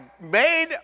made